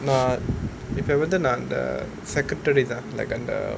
no இப்போ வந்து நா அந்த:ippo vanthu naa antha secretary தான்:thaan like அந்த:antha